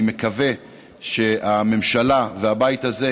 אני מקווה שהממשלה והבית הזה,